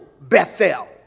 Bethel